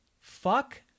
fuck